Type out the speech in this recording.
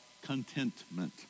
Contentment